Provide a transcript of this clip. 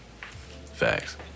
Facts